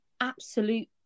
absolute